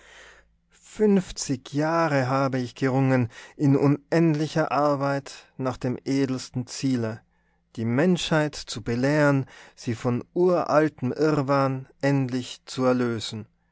fünfzig jahre habe ich gerungen in unendlicher arbeit nach dem edelsten ziele die menschheit zu belehren sie von uraltem irrwahn endlich zu erlösen